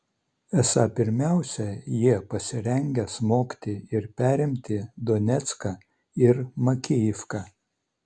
esą pirmiausia jie pasirengę smogti ir perimti donecką ir makijivką